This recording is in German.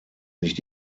nicht